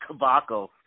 Kabako